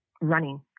Running